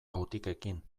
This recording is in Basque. botikekin